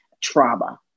trauma